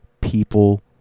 people